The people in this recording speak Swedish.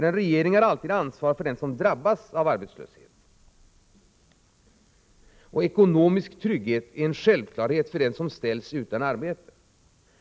En regering har alltid ansvar för den som drabbas av arbetslöshet. Ekonomisk trygghet är en självklarhet för den som ställs utan arbete.